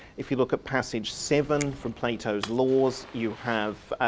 if you look at passage seven from plato's laws you have